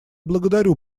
благодарю